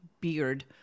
beard